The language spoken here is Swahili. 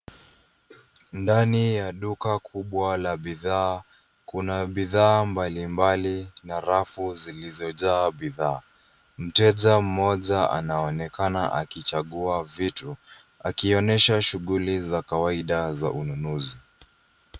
Ndani ya duka kubwa la bidhaa. Kuna bidhaa mbalimbali na rafu zilizojaa bidhaa. Mteja mmoja anaonekana akichagua vitu akionyesha shughuli za kawaida za ununuzi.